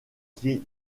qui